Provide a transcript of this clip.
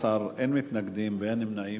11, אין מתנגדים ואין נמנעים.